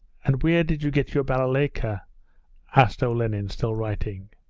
and where did you get your balalayka asked olenin, still writing.